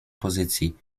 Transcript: pozycji